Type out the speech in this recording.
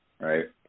right